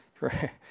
Right